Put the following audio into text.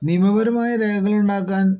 നിയമപരമായ രേഖകൾ ഉണ്ടാക്കാൻ